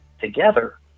together